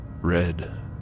Red